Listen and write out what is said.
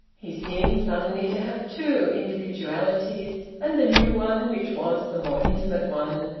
he seemed suddenly to have two individualities, and the new one, which was the more intimate one,